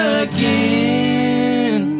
again